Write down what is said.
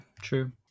true